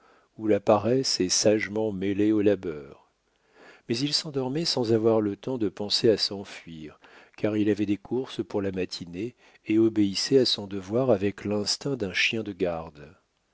où la paresse est sagement mêlée au labeur mais il s'endormait sans avoir le temps de penser à s'enfuir car il avait des courses pour la matinée et obéissait à son devoir avec l'instinct d'un chien de garde